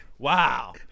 Wow